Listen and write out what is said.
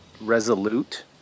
resolute